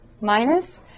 minus